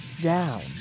down